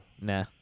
nah